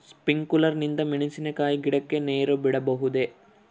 Sprinkler ನಿಂದ ಮೆಣಸಿನಕಾಯಿ ಗಿಡಕ್ಕೆ ನೇರು ಬಿಡಬಹುದೆ?